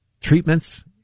treatments